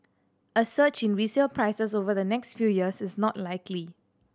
a surge in resale prices over the next few years is not likely